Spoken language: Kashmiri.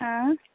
ٲں